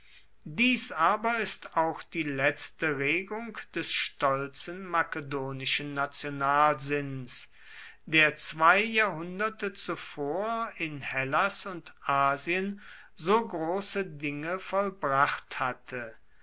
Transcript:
dies aber ist auch die letzte regung des stolzen makedonischen nationalsinns der zwei jahrhunderte zuvor in hellas und asien so große dinge vollbracht hatte